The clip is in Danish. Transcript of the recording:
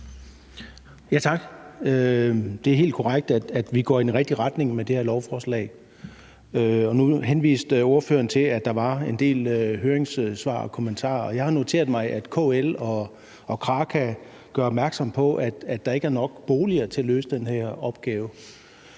Tak. Det er helt korrekt, at vi går i den rigtige retning med det her lovforslag. Nu henviste ordføreren til, at der var en del høringssvar og kommentarer, og jeg har noteret mig, at KL og Kraka gør opmærksom på, at der ikke er nok boliger til at løse den her opgave.